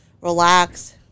relax